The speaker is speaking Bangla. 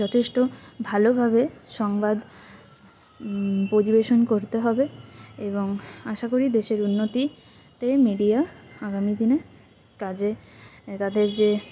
যথেষ্ট ভালোভাবে সংবাদ পরিবেশন করতে হবে এবং আশা করি দেশের উন্নতিতে মিডিয়া আগামী দিনে কাজে তাদের যে